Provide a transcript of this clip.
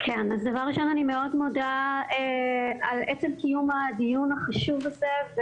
אני מאוד מודה על קיום הדיון החשוב הזה,